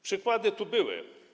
Przykłady tu były.